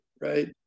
right